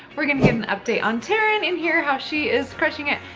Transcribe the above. we're going to get an update on teryn, and hear how she is crushing it.